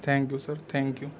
thank you sir thank you